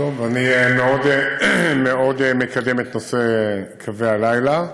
אני מאוד מקדם את נושא קווי הלילה,